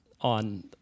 on